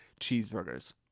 cheeseburgers